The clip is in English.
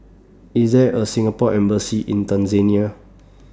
IS There A Singapore Embassy in Tanzania